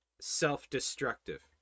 self-destructive